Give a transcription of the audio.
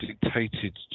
dictated